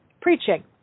preaching